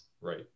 right